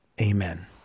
Amen